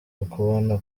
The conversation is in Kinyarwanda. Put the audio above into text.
ukubona